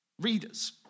readers